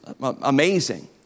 amazing